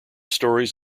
stories